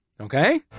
Okay